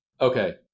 okay